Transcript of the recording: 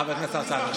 חבר הכנסת הרצנו,